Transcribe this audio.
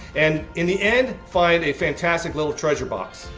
and in the end find a fantastic little treasure box.